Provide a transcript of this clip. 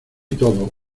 todo